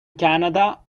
canada